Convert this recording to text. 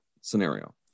scenario